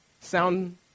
Sound